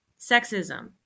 sexism